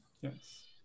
Yes